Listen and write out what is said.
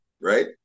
right